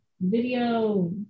video